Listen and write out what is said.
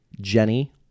Jenny